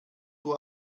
uhr